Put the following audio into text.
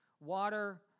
Water